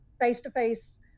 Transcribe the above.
face-to-face